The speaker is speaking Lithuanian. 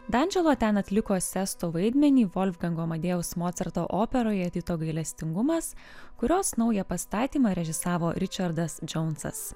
danželo ten atliko sesto vaidmenį volfgango amadėjaus mocarto operoje tito gailestingumas kurios naują pastatymą režisavo ričardas džounsas